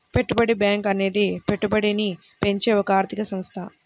పెట్టుబడి బ్యాంకు అనేది పెట్టుబడిని పెంచే ఒక ఆర్థిక సంస్థ